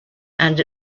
and